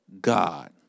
God